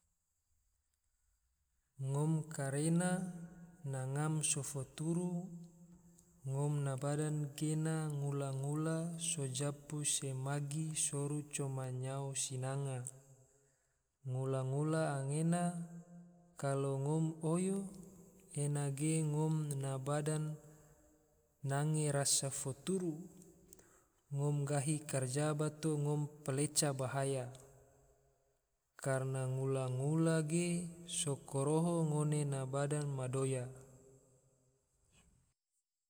Ngom karena na ngam so futuru ngom na bada gena, ngula-ngula so japu se magi soru coma nyao sinanga, ngula-ngula anggena kalo ngom oyo ena ge ngom na bada nange rasa futuru, ngom gahi karja bato ngom paleca bahaya, karna ngula-ngula ge so koroho ngom na bada ma doya